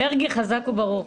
מרגי, כל הכבוד, חזק וברוך.